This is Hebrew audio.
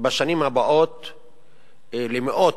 בשנים הבאות למאות,